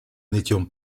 n’étions